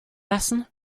lassen